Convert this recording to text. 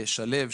שלו,